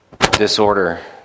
disorder